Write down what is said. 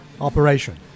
operation